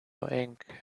ink